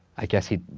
i guess he